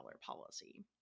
policy